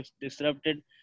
disrupted